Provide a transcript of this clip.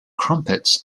crumpets